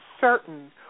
certain